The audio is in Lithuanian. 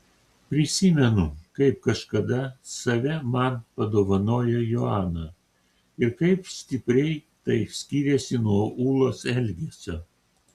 prisimenu kaip kažkada save man padovanojo joana ir kaip stipriai tai skyrėsi nuo ūlos elgesio